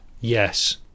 yes